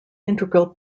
integral